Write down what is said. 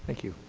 thank you.